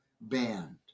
band